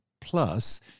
plus